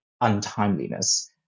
untimeliness